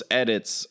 edits